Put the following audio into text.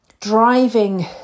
driving